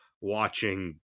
watching